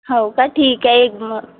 हो का ठीक आहे एक मग